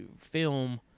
film